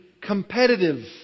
competitive